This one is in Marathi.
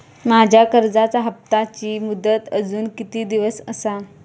माझ्या कर्जाचा हप्ताची मुदत अजून किती दिवस असा?